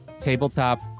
tabletop